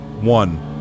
One